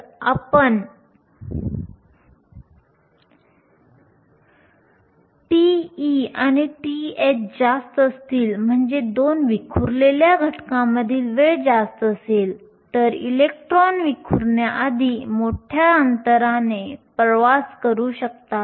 तर जर τe आणि τh जास्त असतील म्हणजे दोन विखुरलेल्या घटनांमधील वेळ जास्त असेल तर इलेक्ट्रॉन विखुरण्याआधी मोठ्या अंतराने प्रवास करू शकतात